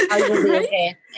okay